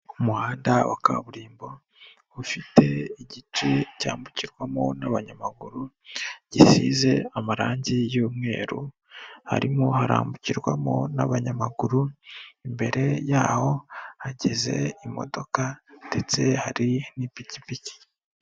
Umuhanda wa kaburimbo ufite igice cyambukirwamo n'abanyamaguru gisize amarangi y'umweru harimo harambukirwamo n'abanyamaguru, imbere yaho hageze imodoka ndetse hari n'ipikipiki.